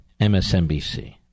MSNBC